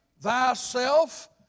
thyself